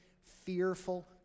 fearful